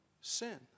Sin